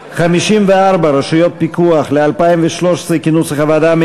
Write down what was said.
אותו סעיף לשנת 2014, כנוסח הוועדה.